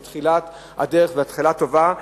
זו תחילת הדרך, והתחלה טובה,